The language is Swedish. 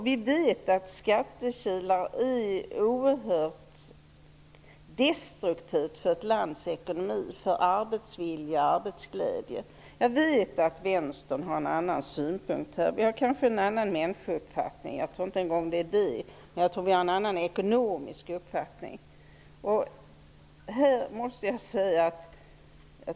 Vi vet att skattekilar är något som är oerhört destruktivt för ett lands ekonomi, för arbetsvilja och för arbetsglädje. Jag vet att Vänstern har en annan synpunkt -- kanske en annan människouppfattning. Vi har åtminstone olika uppfattningar om ekonomi.